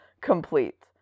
complete